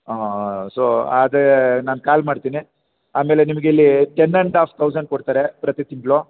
ಹಾಂ ಹಾಂ ಸೊ ಅದೇ ನಾನು ಕಾಲ್ ಮಾಡ್ತೀನಿ ಆಮೇಲೆ ನಿಮ್ಗೆ ಇಲ್ಲಿ ಟೆನ್ ಆ್ಯಂಡ್ ಹಾಫ್ ತೌಸಂಡ್ ಕೊಡ್ತಾರೆ ಪ್ರತಿ ತಿಂಗಳು